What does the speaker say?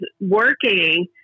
working